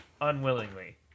unwillingly